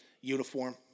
uniform